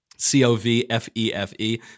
C-O-V-F-E-F-E